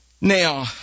Now